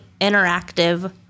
interactive